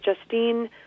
Justine